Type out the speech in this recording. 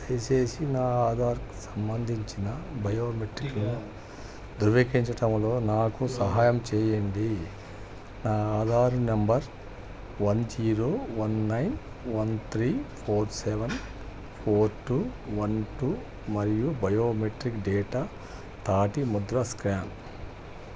దయచేసి నా ఆధార్కు సంబంధించిన బయోమెట్రిక్లో ధృవీకరించడములో నాకు సహాయం చెయ్యండి నా Aadhaar number one zero one nine one three four seven four two one two మరియు బయోమెట్రిక్ డేటా తాటి ముద్ర స్క్యాన్